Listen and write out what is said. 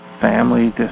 Family